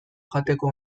jateko